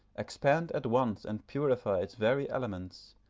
expand at once and purify its very elements,